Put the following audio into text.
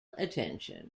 attention